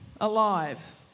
alive